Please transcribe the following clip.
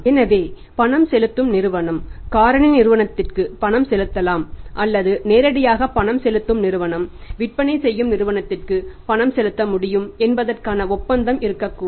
எனவே பணம் செலுத்தும் நிறுவனம் காரணி நிறுவனத்திற்கு பணம் செலுத்தலாம் அல்லது நேரடியாக பணம் செலுத்தும் நிறுவனம் விற்பனை செய்யும் நிறுவனத்திற்கு பணம் செலுத்த முடியும் என்பதற்கான ஒப்பந்தம் இருக்கக்கூடும்